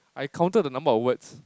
I counted the number of words